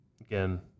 Again